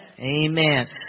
Amen